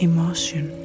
Emotion